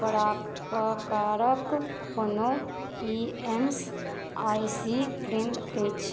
प्रापकारक कोनो E M I C केन्द्र अछि